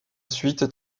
suite